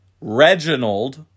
Reginald